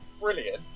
brilliant